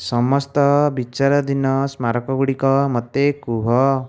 ସମସ୍ତ ବିଚାରଧୀନ ସ୍ମାରକଗୁଡ଼ିକ ମୋତେ କୁହ